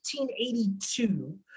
1882